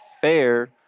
fair